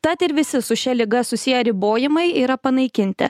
tad ir visi su šia liga susiję ribojimai yra panaikinti